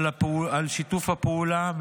על שיתוף הפעולה,